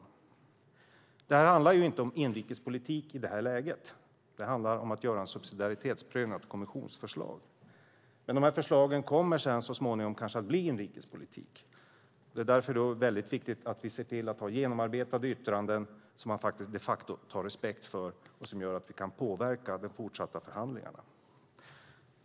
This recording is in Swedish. I det här läget handlar det inte om inrikespolitik, utan det handlar om att göra en subsidiaritetsprövning av ett kommissionsförslag. Så småningom kommer förslagen kanske att bli inrikespolitik. Därför är det viktigt att vi ser till att ha genomarbetade yttranden som man de facto får respekt för och som gör att vi kan påverka de fortsatta förhandlingarna.